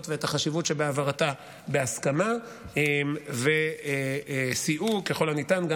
ואת החשיבות שבהעברתה בהסכמה וסייעו ככל הניתן גם